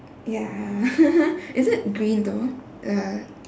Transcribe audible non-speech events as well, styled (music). ya (laughs) is it green though uh